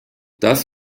das